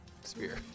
spear